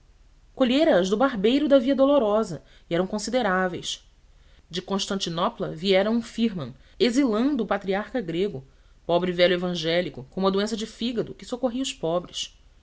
jerusalém colhera as do barbeiro da via dolorosa e eram consideráveis de constantinopla viera um firman exilando o patriarca grego pobre velho evangélico com uma doença de fígado que socorria os pobres